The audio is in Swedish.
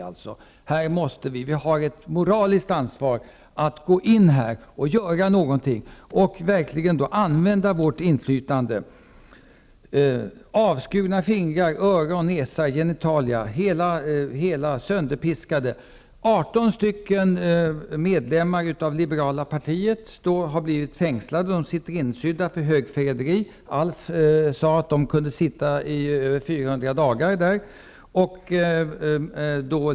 Vi har ett moraliskt ansvar att gå in och göra någonting, att verkligen använda vårt inflytande. Man har skurit av fingrar, öron, näsa och genitalia på människor. Andra har blivit sönderpiskade. Arton medlemmar av det liberala partiet har fängslats och kvarhålls för högförräderi. Alf Svensson sade att de kan få sitta över 400 dagar utan rättegång.